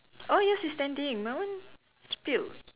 oh yours is standing my one spilt